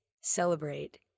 celebrate